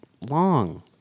long